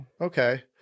Okay